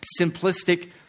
simplistic